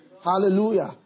Hallelujah